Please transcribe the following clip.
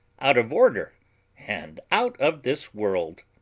out of order and out of this world.